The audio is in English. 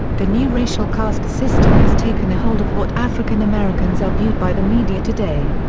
the new racial caste system has taken a hold of what african americans are viewed by the media today.